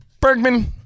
Bergman